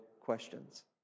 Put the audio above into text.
questions